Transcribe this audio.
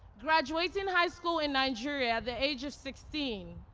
graduating high school in nigeria at the age of sixteen,